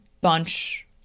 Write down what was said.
bunch